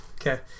Okay